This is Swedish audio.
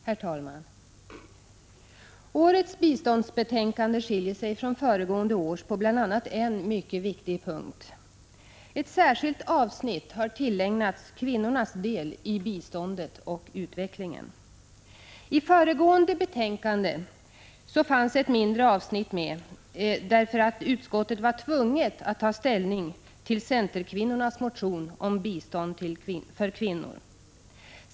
Herr talman! Årets biståndsbetänkande skiljer sig från föregående års på bl.a. en mycket viktig punkt. Ett särskilt avsnitt har tillägnats kvinnornas del i biståndet och utvecklingen. I föregående betänkande fanns ett mindre avsnitt med, därför att utskottet var tvunget att ta ställning till centerkvinnornas motion om bistånd för kvinnor.